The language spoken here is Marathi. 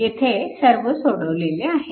येथे सर्व सोडवलेले आहे